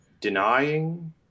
denying